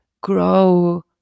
grow